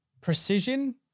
precision